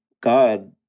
God